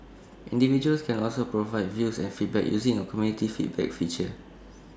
individuals can also provide views and feedback using A community feedback feature